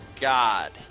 God